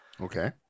Okay